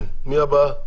מי הבאה?